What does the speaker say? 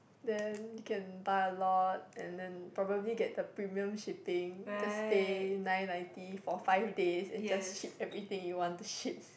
then can buy a lot and then probably get the premium shipping just pay nine ninety for five days and just ship everything you want to ship